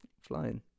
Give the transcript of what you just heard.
Flying